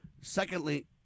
Secondly